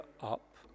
up